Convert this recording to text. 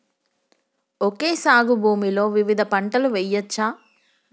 Okay సాగు భూమిలో వివిధ పంటలు వెయ్యచ్చా?